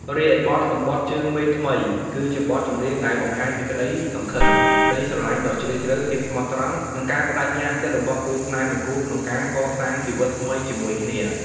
រីឯ បទ សម្បថជើងមេឃថ្មី គឺជាបទចម្រៀងដែលបង្ហាញពីក្តីសង្ឃឹម ក្តីស្រឡាញ់ដ៏ជ្រាលជ្រៅ ភាពស្មោះត្រង់ និងការប្តេជ្ញាចិត្តរបស់គូស្នេហ៍មួយគូក្នុងការកសាងជីវិតថ្មីជាមួយគ្នា។